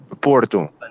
Porto